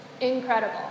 incredible